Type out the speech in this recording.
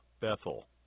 Bethel